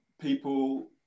people